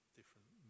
different